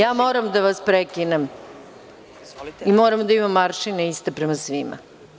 Ja moram da vas prekinem i moram da imam iste aršine prema svima.